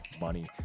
money